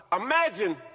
imagine